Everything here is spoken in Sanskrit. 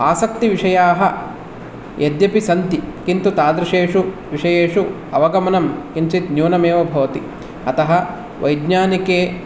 आसक्तिविषयाः यद्यपि सन्ति किन्तु तादृशेषु विषयेषु अवगमनं किञ्चित् न्यूनमेव भवति अतः वैज्ञानिके